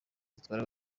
zitwara